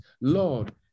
Lord